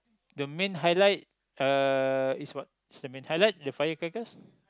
the main highlight uh is what is the main highlight the fire crackers